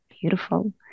beautiful